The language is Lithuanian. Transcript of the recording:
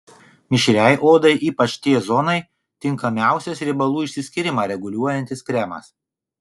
mišriai odai ypač t zonai tinkamiausias riebalų išsiskyrimą reguliuojantis kremas